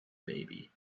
baby